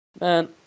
Man